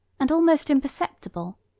and almost imperceptible,